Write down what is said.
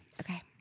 Okay